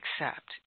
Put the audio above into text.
accept